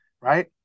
right